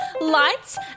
lights